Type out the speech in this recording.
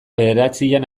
bederatzian